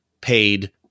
paid